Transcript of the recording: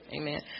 Amen